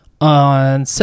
On